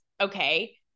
okay